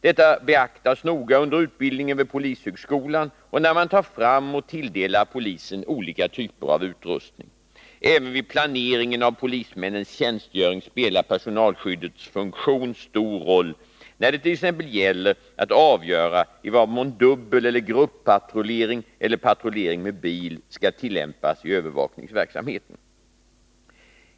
Detta beaktas noga under utbildningen vid polishögskolan och när man tar fram och tilldelar polisen olika typer av utrustning. Även vid planeringen av polismännens tjänstgöring spelar personalskyddets funktion en stor roll när det t.ex. gäller att avgöra i vad mån dubbeleller gruppatrullering eller patrullering med bil skall tillämpas i övervakningsverksamheten.